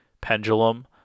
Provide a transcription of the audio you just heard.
pendulum